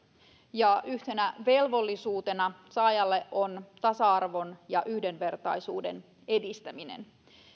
ja yhtenä velvollisuutena saajalle on tasa arvon ja yhdenvertaisuuden edistäminen